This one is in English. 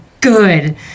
good